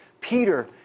Peter